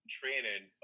training